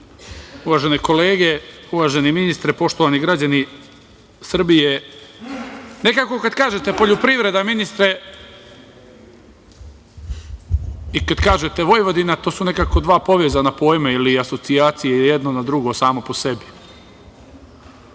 kolege, uvaženi ministre, poštovani građani Srbije, nekako kad kažete poljoprivreda, ministre, i kad kažete Vojvodina to su nekako dva povezana pojma ili asocijacije ili jedno na drugo samo po sebi